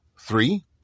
Three